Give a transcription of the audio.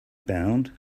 bound